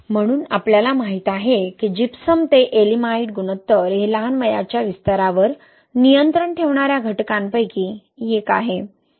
म्हणून आपल्याला माहित आहे की जिप्सम ते येएलिमाइट गुणोत्तर हे लहान वयाच्या विस्तारावर नियंत्रण ठेवणाऱ्या घटकांपैकी एक आहे